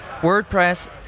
WordPress